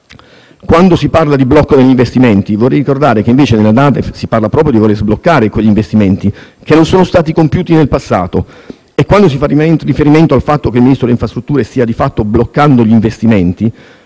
Quando si parla di blocco degli investimenti, vorrei ricordare che invece nella NADEF si parla proprio di voler sbloccare quegli investimenti che non sono stati compiuti nel passato e quando si fa riferimento al fatto che il Ministro delle infrastrutture stia di fatto bloccando gli investimenti,